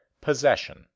Possession